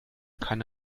keine